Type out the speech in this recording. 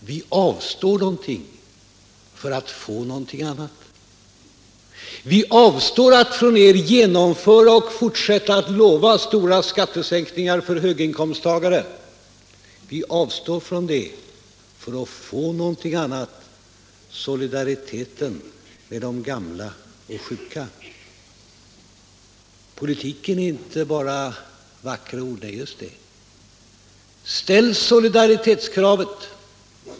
Vi avstår någonting för att få någonting annat. Vi avstår från att genomföra och fortsätta att lova stora skattesänkningar för höginkomsttagare. Vi avstår från det för att få någonting annat: solidaritet med de gamla och sjuka. Politik är inte bara vackra ord. Ställ solidaritetskravet!